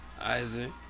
Isaac